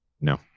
No